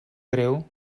greu